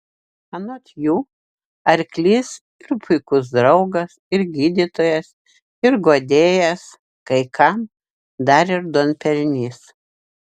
anot jų arklys ir puikus draugas ir gydytojas ir guodėjas kai kam dar ir duonpelnys